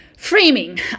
Framing